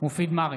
מופיד מרעי,